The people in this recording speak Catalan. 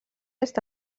està